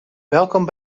welkom